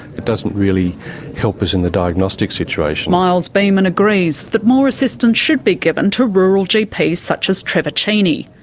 it doesn't really help us in the diagnostic situation. miles beaman agrees that more assistance should be given to rural gps such as trevor cheney,